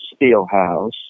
Steelhouse